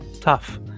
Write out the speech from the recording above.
tough